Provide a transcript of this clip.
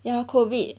ya lor COVID